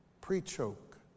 Pre-choke